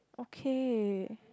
okay